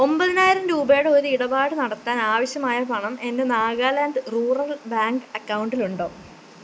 ഒമ്പതിനായിരം രൂപയുടെ ഒരു ഇടപാട് നടത്താൻ ആവശ്യമായ പണം എന്റെ നാഗാലാൻറ്റ് റൂറൽ ബാങ്ക് അക്കൗണ്ടിൽ ഉണ്ടോ